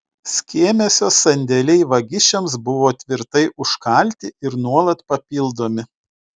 skėmiuose sandėliai vagišiams buvo tvirtai užkalti ir nuolat papildomi